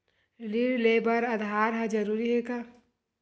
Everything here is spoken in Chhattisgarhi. ऋण ले बर आधार ह जरूरी हे का?